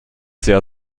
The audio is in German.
sehr